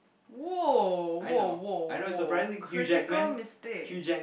!woah! !woah! !woah! !woah! critical mistake